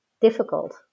difficult